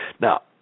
Now